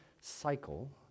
cycle